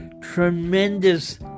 tremendous